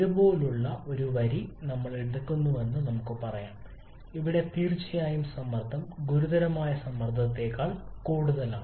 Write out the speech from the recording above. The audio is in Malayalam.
ഇതുപോലുള്ള ഒരു വരി നമ്മൾ എടുക്കുന്നുവെന്ന് നമുക്ക് പറയാം ഇവിടെ തീർച്ചയായും സമ്മർദ്ദം ഗുരുതരമായ സമ്മർദ്ദത്തേക്കാൾ കൂടുതലാണ്